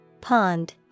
Pond